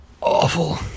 awful